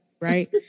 right